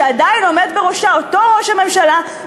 שעדיין עומד בראשה אותו ראש הממשלה,